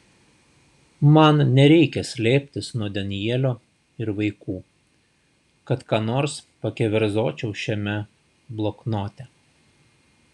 man nereikia slėptis nuo danielio ir vaikų kad ką nors pakeverzočiau šiame bloknote